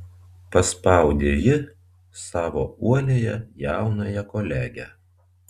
paspaudė ji savo uoliąją jaunąją kolegę